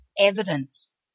evidence